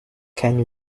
can